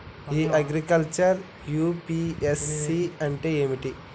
ఇ agriculture UPSC అంటే ఏమిటి?